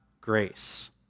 grace